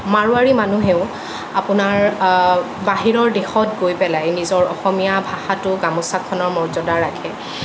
মাৰুৱাৰী মানুহেও আপোনাৰ বাহিৰৰ দেশত গৈ পেলাই নিজৰ অসমীয়া ভাষাটোৰ গামোছাখনৰ মৰ্যাদা ৰাখে